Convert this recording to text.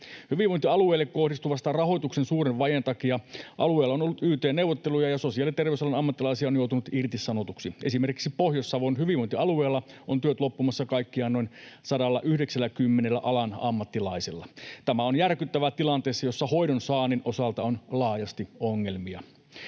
Hyvinvointialueille kohdistuvan rahoituksen suuren vajeen takia alueilla on ollut yt-neuvotteluja ja sosiaali‑ ja terveysalan ammattilaisia on joutunut irtisanotuiksi. Esimerkiksi Pohjois-Savon hyvinvointialueella ovat työt loppumassa kaikkiaan noin 190:llä alan ammattilaisella. Tämä on järkyttävää tilanteessa, jossa hoidon saannin osalta on laajasti ongelmia.